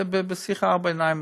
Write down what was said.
בשיחה בארבע עיניים,